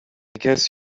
guess